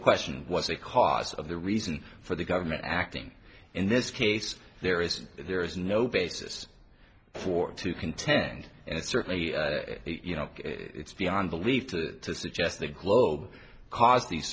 question was the cause of the reason for the government acting in this case there is there is no basis for it to contend and certainly you know it's beyond belief to suggest the globe caused these